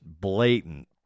blatant